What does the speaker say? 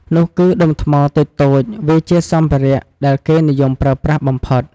នោះគឺដុំថ្មតូចៗ វាជាសម្ភារៈដែលគេនិយមប្រើប្រាស់បំផុត។